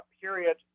period